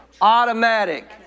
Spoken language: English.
Automatic